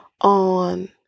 on